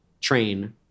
train